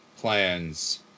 plans